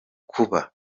kuba